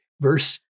verse